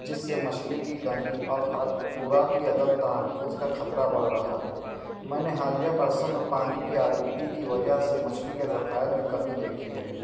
جس سے مچھلی کی کمی اور خوراک کی عدم تحفظ کا خطرہ بڑھ رہا ہے میں نے حالیہ برسوں میں پانی کی آلودگی کی وجہ سے مچھلی کے ذخائر میں کمی دیکھی ہے